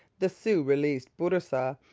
the sioux released bourassa,